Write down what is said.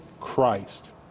Christ